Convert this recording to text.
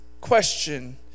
question